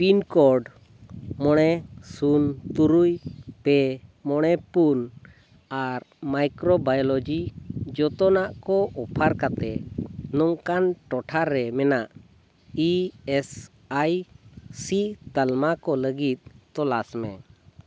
pin code ᱢᱚᱬᱮ ᱥᱩᱱ ᱛᱩᱨᱩᱭ ᱯᱮ ᱢᱚᱬᱮ ᱯᱩᱱ ᱟᱨ ᱢᱟᱭᱠᱨᱳᱵᱟᱭᱳᱞᱚᱡᱤ ᱡᱚᱛᱚᱱᱟᱜ ᱠᱚ ᱚᱯᱷᱟᱨ ᱠᱟᱛᱮ ᱱᱚᱝᱠᱟᱱ ᱴᱚᱴᱷᱟ ᱨᱮ ᱢᱮᱱᱟᱜ ᱤ ᱮᱥ ᱟᱭ ᱥᱤ ᱛᱟᱞᱢᱟ ᱠᱚ ᱞᱟᱹᱜᱤᱫ ᱛᱚᱞᱟᱥ ᱢᱮ